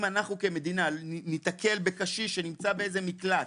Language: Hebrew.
אם אנחנו כמדינה ניתקל בקשיש שנמצא באיזה מקלט